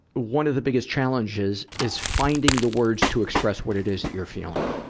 one of the biggest challenges is finding the words to express what it is that you're feeling,